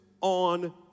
on